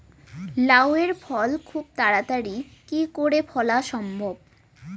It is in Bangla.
লাউ এর ফল খুব তাড়াতাড়ি কি করে ফলা সম্ভব?